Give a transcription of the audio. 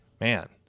man